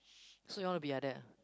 so you want to be like that ah